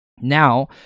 Now